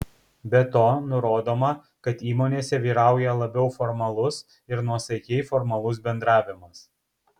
be to nurodoma kad įmonėse vyrauja labiau formalus ir nuosaikiai formalus bendravimas